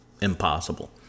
impossible